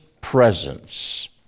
presence